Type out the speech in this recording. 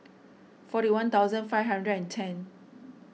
forty one thousand five hundred and ten